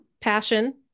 Passion